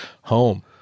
home